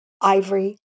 ivory